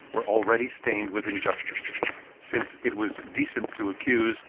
were already stained with injustice since it was decent to accuse,